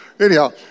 Anyhow